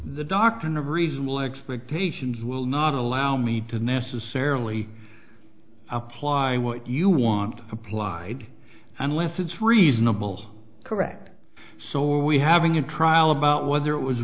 the doctrine of reasonable expectations will not allow me to necessarily apply what you want applied unless it's reasonable correct so are we having a trial about whether it was